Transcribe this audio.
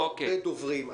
יש הרבה דוברים.